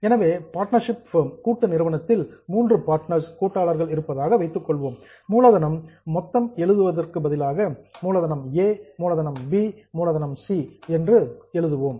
எனவே partnership firm கூட்டு நிறுவனத்தில் மூன்று பார்ட்னர்ஸ் கூட்டாளர்கள் இருப்பதாக வைத்துக் கொள்வோம் மூலதனம் என்று மொத்தமாக எழுதுவதற்கு பதிலாக ஏ மூலதனம் பி மூலதனம் சி மூலதனம் என்று கூறுவோம்